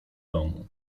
domu